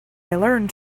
learned